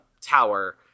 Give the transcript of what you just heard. tower